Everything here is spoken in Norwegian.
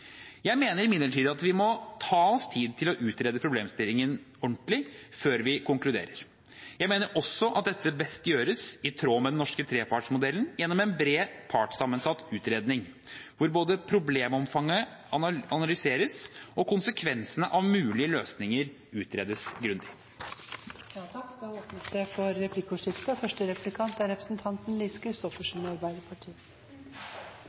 Jeg mener imidlertid at vi må ta oss tid til å utrede problemstillingen ordentlig før vi konkluderer. Jeg mener også at dette best gjøres i tråd med den norske trepartsmodellen, gjennom en bred partssammensatt utredning, hvor både problemomfanget analyseres og konsekvensene av mulige løsninger utredes grundig. Det blir replikkordskifte. Jeg oppfatter statsråden dit hen at han faktisk er